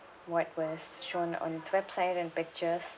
what was shown on its website and pictures